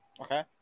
Okay